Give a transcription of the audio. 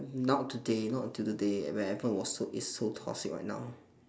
not today not until today where everyone was so is so toxic right now